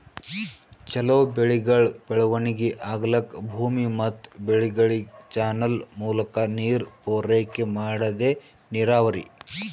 ಛಲೋ ಬೆಳೆಗಳ್ ಬೆಳವಣಿಗಿ ಆಗ್ಲಕ್ಕ ಭೂಮಿ ಮತ್ ಬೆಳೆಗಳಿಗ್ ಚಾನಲ್ ಮೂಲಕಾ ನೀರ್ ಪೂರೈಕೆ ಮಾಡದೇ ನೀರಾವರಿ